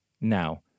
Now